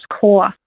core